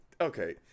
okay